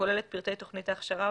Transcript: הכולל את פרטי תוכנית ההכשרה,